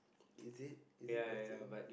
is it is it my turn